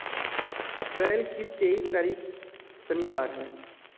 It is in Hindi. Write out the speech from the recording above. अप्रैल की तेईस तारीख शनिवार है